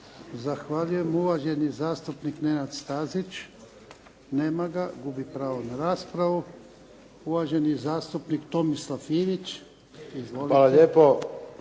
Zahvaljujem. Uvaženi zastupnik Nenad Stazić. Nema ga. Gubi pravo na raspravu. Uvaženi zastupnik Tomislav Ivić. Izvolite.